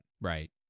Right